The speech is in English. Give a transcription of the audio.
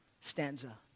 stanza